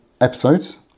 episodes